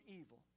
evil